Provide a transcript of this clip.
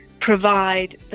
provide